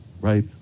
right